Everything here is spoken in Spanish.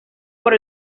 por